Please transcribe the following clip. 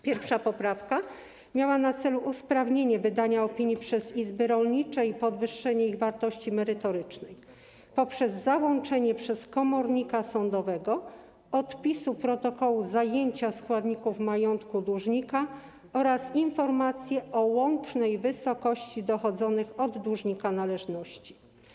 Pierwsza poprawka miała na celu usprawnienie wydania opinii przez izby rolnicze i podwyższenie ich wartości merytorycznej poprzez załączenie przez komornika sądowego odpisu protokołu zajęcia składników majątku dłużnika oraz informacje o łącznej wysokości dochodzonych od dłużnika należności.